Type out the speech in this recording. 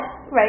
right